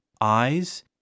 Eyes